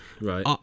right